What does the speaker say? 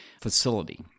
facility